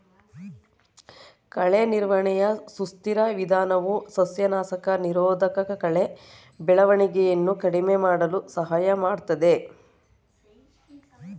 ಕಳೆ ನಿರ್ವಹಣೆಯ ಸುಸ್ಥಿರ ವಿಧಾನವು ಸಸ್ಯನಾಶಕ ನಿರೋಧಕಕಳೆ ಬೆಳವಣಿಗೆಯನ್ನು ಕಡಿಮೆ ಮಾಡಲು ಸಹಾಯ ಮಾಡ್ತದೆ